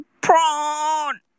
prawn